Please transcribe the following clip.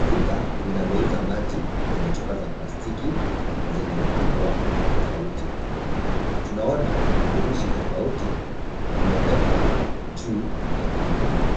Duka linalouza maji kwenye chupa za plastiki zenye ukubwa tofauti. Tunaona vifurushi tofauti vimewekwa juu ya vingine.